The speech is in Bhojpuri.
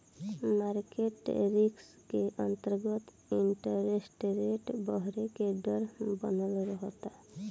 मारकेट रिस्क के अंतरगत इंटरेस्ट रेट बरहे के डर बनल रहता